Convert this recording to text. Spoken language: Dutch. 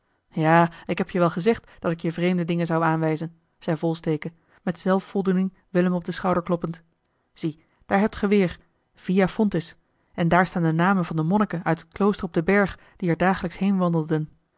ja ik heb je wel gezegd dat ik je vreemde dingen zou aanwijzen zei volsteke met zelfvoldoening willem op den schouder kloppend zie daar hebt ge weer via fontis en daar staan de namen van de monniken uit het klooster op den berg die er dagelijks heen wandelden